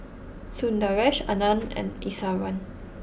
Sundaresh Anand and Iswaran